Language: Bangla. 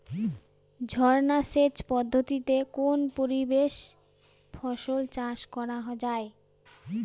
ঝর্না সেচ পদ্ধতিতে কোন পরিবেশে ফসল চাষ করা যায়?